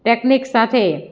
technique સાથે